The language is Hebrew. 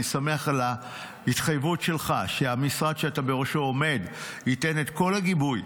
אני שמח על ההתחייבות שלך שהמשרד שאתה עומד בראשו ייתן את כל הגיבוי